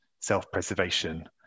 self-preservation